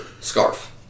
scarf